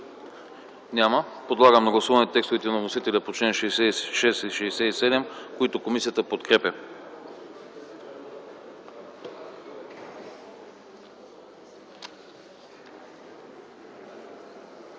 Няма. Подлагам на гласуване текстовете на вносителя по членове 66 и 67, които комисията подкрепя.